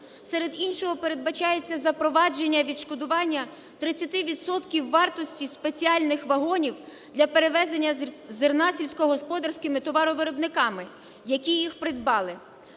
серед іншого передбачається запровадження і відшкодування 30 відсотків вартості спеціальних вагонів для перевезення зерна сільськогосподарськими товаровиробниками, які їх придбали.